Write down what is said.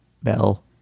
bell